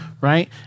Right